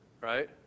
right